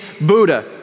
Buddha